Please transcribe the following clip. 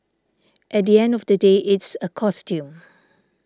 at the end of the day it's a costume